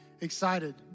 excited